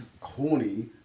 horny